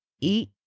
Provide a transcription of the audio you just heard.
eat